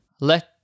Let